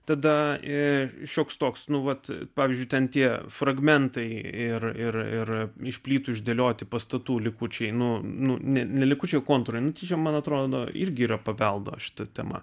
tada ir šioks toks nu vat pavyzdžiui ten tie fragmentai ir ir ir iš plytų išdėlioti pastatų likučiai nu nu ne ne likučiai kontūrai nu tai č man atrodo irgi yra paveldo šita tema